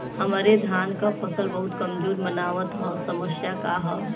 हमरे धान क फसल बहुत कमजोर मनावत ह समस्या का ह?